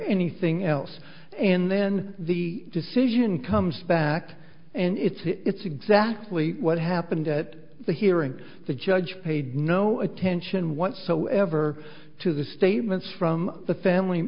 anything else and then the decision comes back and it's it's exactly what happened at the hearing the judge paid no attention whatsoever to the statements from the family